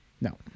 No